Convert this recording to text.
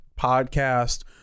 podcast